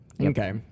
okay